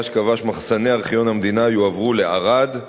שקבעה שמחסני ארכיון המדינה יועברו לערד,